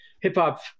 hip-hop